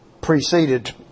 preceded